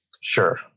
Sure